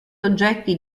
oggetti